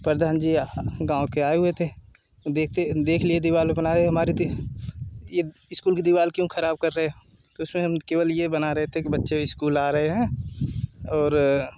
प्रधान जी गाँव के आए हुए थे देखते देख लिए दीवार पर बनाए हुए थे ये स्कूल की दीवार क्यों खराब कर रहे हो तो उसमें हम केवल ये बना रही थे कि बच्चे स्कूल आ रहे हैं और